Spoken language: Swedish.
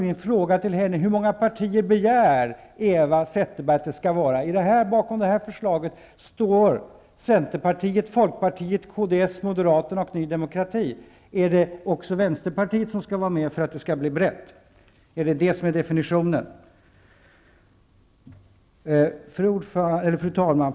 Min fråga till henne är: Hur många partier begär hon att det skall vara? Bakom det här förslaget står Centerpartiet, Folkpartiet, Kds, Moderaterna och Ny demokrati. Är det också Vänsterpartiet som skall vara med för att det skall vara en bred majoritet? Är det definitionen? Fru talman!